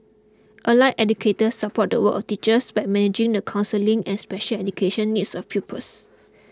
allied educators support the work of teachers by managing the counselling and special education needs of pupils